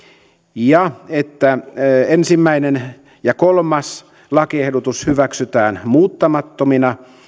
ja että yksi kolmas ja neljäs lakiehdotus hyväksytään muuttamattomina